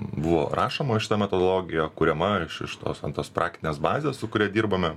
buvo rašoma šita metodologija kuriama iš iš tos ant tos praktinės bazės su kuria dirbame